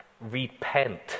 repent